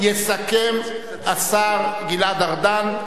יסכם השר גלעד ארדן.